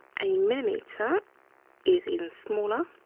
a millimeter is even smaller.